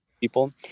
people